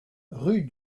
rue